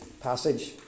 passage